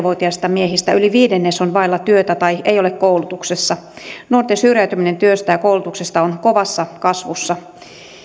vuotiaista miehistä yli viidennes on vailla työtä tai ei ole koulutuksessa nuorten syrjäytyminen työstä ja koulutuksesta on kovassa kasvussa